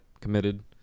committed